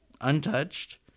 untouched